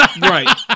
Right